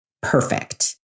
Perfect